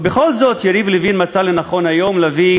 ובכל זאת יריב לוין מצא לנכון היום להביא